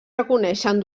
reconeixen